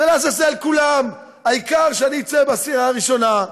ולעזאזל כולם, העיקר שאני אצא בעשירייה הראשונה.